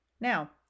Now